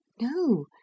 No